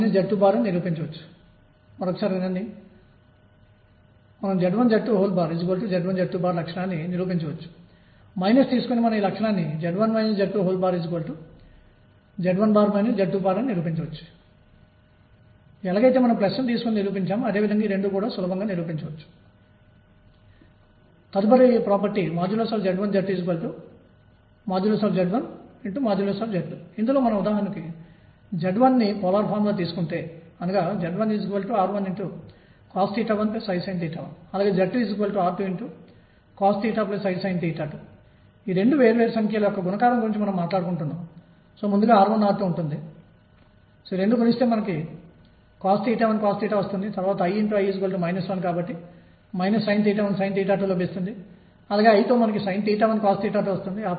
కాబట్టి harmonic oscillator హరాత్మక డోలకం లో కణం ముందుకు వెనుకకు కదులుతున్నప్పుడు మరియు నేను మూల బిందువును కనిష్టం వద్ద తీసుకుంటానని అనుకోండి కణం కుడి వైపుకు వెళుతున్నప్పుడు p ధనాత్మకంగా ఉంటుంది మరియు కణం ఎడమ వైపుకు వెళుతున్నప్పుడు p ఋణాత్మకం గా ఉంటుంది